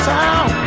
town